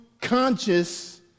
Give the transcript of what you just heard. conscious